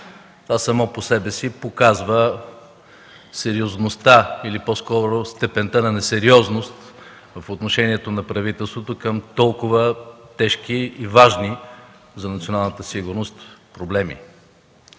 Това само по себе си показва сериозността или по-скоро степента на несериозност в отношението на правителството към толкова тежки и важни за националната сигурност проблеми.